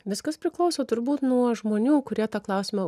viskas priklauso turbūt nuo žmonių kurie tą klausimą